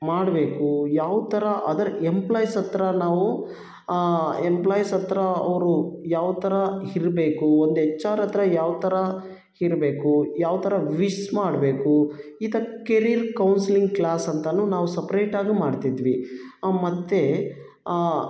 ಮಾಡಬೇಕು ಯಾವ ಥರ ಅದರ್ ಎಂಪ್ಲಾಯ್ಸ್ ಹತ್ರ ನಾವು ಎಂಪ್ಲಾಯ್ಸ್ ಹತ್ರ ಅವರು ಯಾವ ಥರ ಇರ್ಬೇಕು ಒಂದು ಎಚ್ ಆರ್ ಹತ್ರ ಯಾವ ಥರ ಇರ್ಬೇಕು ಯಾವ ಥರ ವಿಶ್ ಮಾಡಬೇಕು ಇಂಥ ಕೆರಿಯರ್ ಕೌನ್ಸಿಲಿಂಗ್ ಕ್ಲಾಸ್ ಅಂತನೂ ನಾವು ಸಪ್ರೇಟಾಗೂ ಮಾಡ್ತಿದ್ವಿ ಮತ್ತು